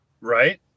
Right